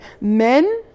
men